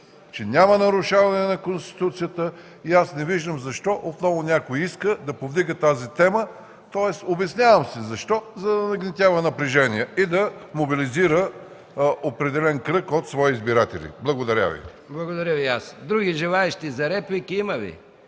че няма нарушаване на Конституцията. Аз не виждам защо отново някой иска да повдига тази тема. Тоест обяснявам си защо – за да нагнетява напрежение и да мобилизира определен кръг от свои избиратели. Благодаря Ви. ПРЕДСЕДАТЕЛ МИХАИЛ МИКОВ: Благодаря и аз. Други желаещи за реплики има ли?